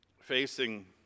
facing